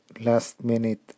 last-minute